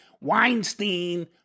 Weinstein